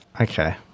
okay